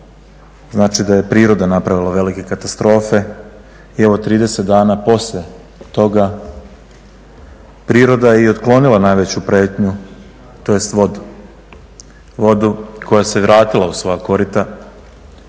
znači da je priroda napravila velike katastrofe. I evo 30 dana poslije toga priroda je i otklonila najveću prijetnju tj. vodu. Vodu koja se vratila u svoja korita